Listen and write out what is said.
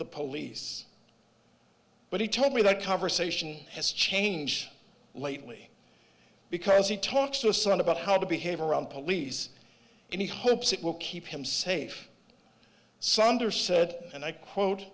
the police but he told me that conversation has change lately because he talks to a son about how to behave around police and he hopes it will keep him safe sunder said and i quote